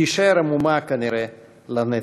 תישאר כנראה עמומה לנצח.